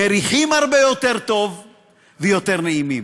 מריחים הרבה יותר טוב ויותר נעימים,